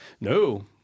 No